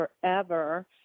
forever